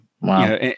Wow